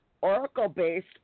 Oracle-based